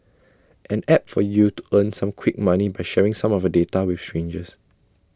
an app for you to earn some quick money by sharing some of your data with strangers